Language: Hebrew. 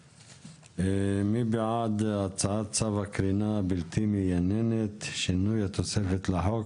מי בעד הצעת צו הקרינה הבלתי מייננת (שינוי התוספת לחוק),